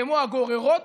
כמו הגוררות,